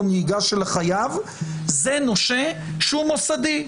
נהיגה של החייב זה נושה שהוא מוסדי,